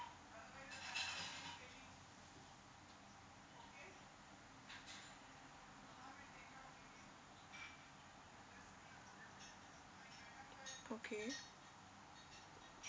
okay